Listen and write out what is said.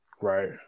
Right